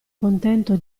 contento